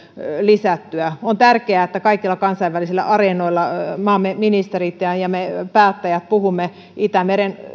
lisättyä on tärkeää että kaikilla kansainvälisillä areenoilla maamme ministerit ja ja me päättäjät puhumme itämeren